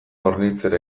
hornitzera